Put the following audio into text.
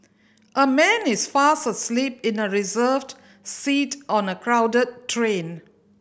a man is fast asleep in a reserved seat on a crowded train